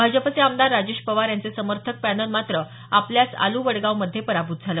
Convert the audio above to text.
भाजपचे आमदार राजेश पवार यांचे समर्थक पॅनल मात्र आपल्याच आलू वडगाव मध्ये पराभूत झाले